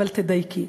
אבל תדייקי.